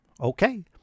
okay